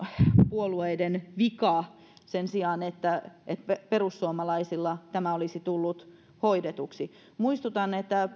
puolueiden vika ja sen sijaan perussuomalaisilla tämä olisi tullut hoidetuksi muistutan että